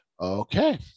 Okay